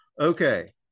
Okay